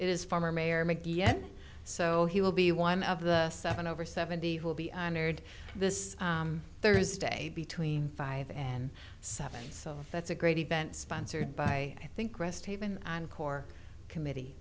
is former mayor yes so he will be one of the seven over seventy will be honored this thursday between five and seven so that's a great event sponsored by i think rest haven and core committee